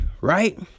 right